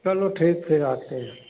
चलो ठीक फिर आते हैं